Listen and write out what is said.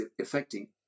affecting